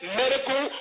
medical